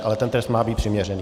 Ale ten trest má být přiměřený.